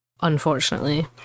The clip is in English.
unfortunately